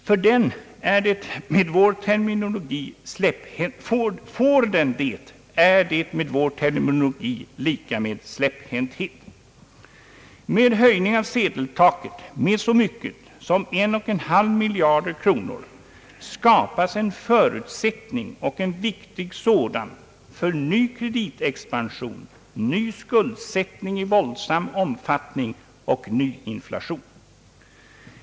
Får den det, är det med vår terminologi lika med släpphänthet. Med höjning av sedeltaket med så mycket som 1,5 miljard kronor skapas en förutsättning och en viktig sådan för ny kreditexpansion, ny skuldsättning i våldsam omfattning och ny inflation.